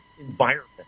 environment